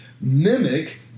mimic